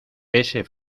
ese